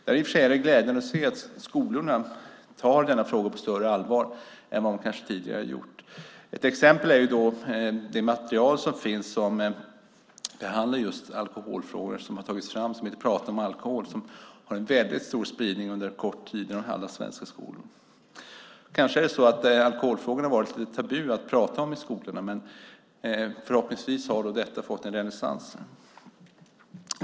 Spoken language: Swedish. Det är glädjande att se att skolorna tar denna fråga på större allvar än vad man kanske tidigare har gjort. Ett exempel är det material som har tagits fram, som behandlar just alkoholfrågor och som heter Prata om alkohol. Det har haft en stor spridning i svenska skolor. Kanske har det varit lite tabu att prata om alkoholfrågor i skolorna. Men förhoppningsvis har då detta fått en renässans.